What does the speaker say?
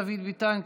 דוד ביטן,